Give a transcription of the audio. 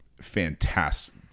fantastic